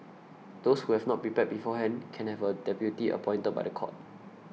those who have not prepared beforehand can have a deputy appointed by the court